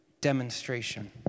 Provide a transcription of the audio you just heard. demonstration